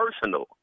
personal